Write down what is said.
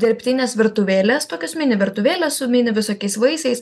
dirbtinės virtuvėlės tokios mini virtuvėlės su mini visokiais vaisiais